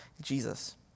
Jesus